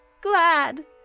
glad